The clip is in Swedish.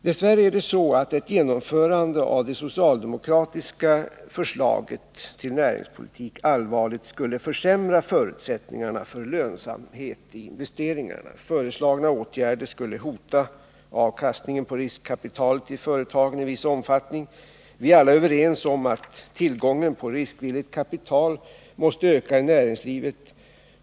Dess värre är det så att ett genomförande av det socialdemokratiska förslaget till näringspolitik allvarligt skulle försämra förutsättningarna för lönsamhet i investeringarna. Föreslagna åtgärder skulle i viss omfattning hota avkastningen på riskkapitalet i företagen. Vi är alla överens om att tillgången på riskvilligt kapital måste öka i näringslivet.